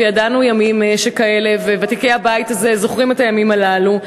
וידענו ימים כאלה וותיקי הבית הזה זוכרים את הימים הללו,